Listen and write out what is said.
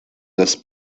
los